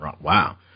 Wow